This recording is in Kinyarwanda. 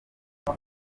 ibi